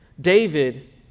David